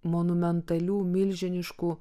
monumentalių milžiniškų